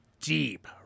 deep